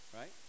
right